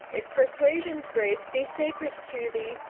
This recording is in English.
if persuasion's grace be sacred to thee,